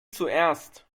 zuerst